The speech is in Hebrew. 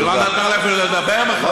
היא לא נתנה לי אפילו לדבר בכלל.